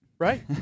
Right